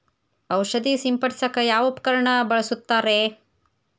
ಔಷಧಿ ಸಿಂಪಡಿಸಕ ಯಾವ ಉಪಕರಣ ಬಳಸುತ್ತಾರಿ?